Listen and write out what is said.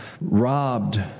robbed